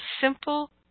simple